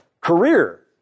career